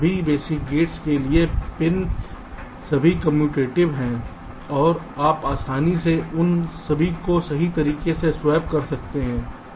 सभी basic gates के लिए पिन सभी कम्यूटेटिव हैं और आप आसानी से उन सभी को सही तरीके से स्वैप कर सकते हैं